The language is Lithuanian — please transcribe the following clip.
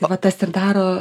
o tas ir daro